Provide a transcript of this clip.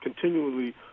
continually